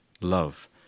love